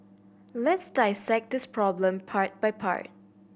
let's dissect this problem part by part